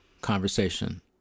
conversation